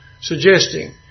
suggesting